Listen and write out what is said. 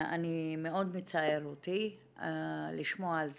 מאוד מצער אותי לשמוע על זה,